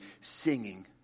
Singing